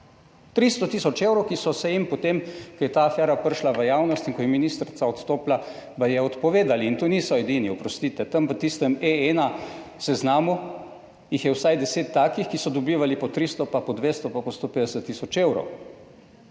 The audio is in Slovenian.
300 tisoč evrov, ki so se jim potem, ko je ta afera prišla v javnost in ko je ministrica odstopila, baje odpovedali, in to niso edini, oprostite, tam v tistem, e ena na seznamu jih je vsaj deset takih, ki so dobivali po 300, pa po 200, pa po 150 tisoč evrov.